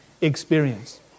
experience